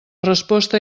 resposta